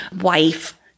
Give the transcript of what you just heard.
wife